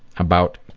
about